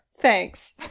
Thanks